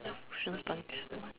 cushion sponge